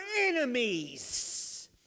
enemies